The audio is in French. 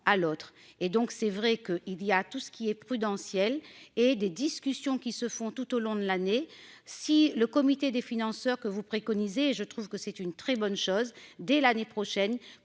l'autre et donc c'est vrai que, il y a tout ce qui est prudentiel et des discussions qui se font tout au long de l'année si le comité des financeurs que vous préconisez, je trouve que c'est une très bonne chose dès l'année prochaine,